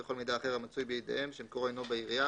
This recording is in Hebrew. בכל מידע אחר המצוי בידיהם שמקורו אינו בעירייה